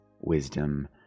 wisdom